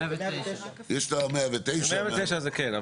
יש לה 109. ב-109 זה כן.